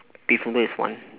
beef noodle is one